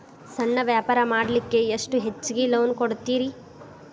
ಸಣ್ಣ ವ್ಯಾಪಾರ ಮಾಡ್ಲಿಕ್ಕೆ ಎಷ್ಟು ಹೆಚ್ಚಿಗಿ ಲೋನ್ ಕೊಡುತ್ತೇರಿ?